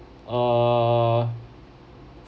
err